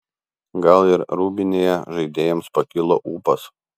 gal ir rūbinėje žaidėjams pakilo ūpas